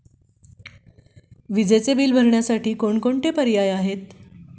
विजेचे बिल भरण्यासाठी कोणकोणते पर्याय आहेत?